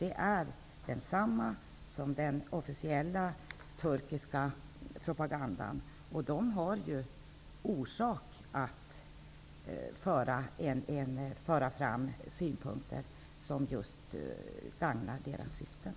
Den är densamma som den officiella turkiska propagandan, och Turkiet har ju orsak att föra fram synpunkter som gagnar just deras syften.